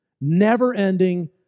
never-ending